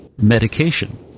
medication